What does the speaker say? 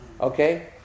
Okay